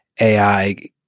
AI